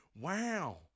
wow